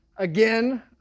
Again